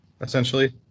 essentially